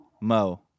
Mo